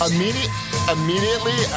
Immediately